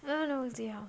ya no we'll see how